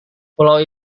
pulau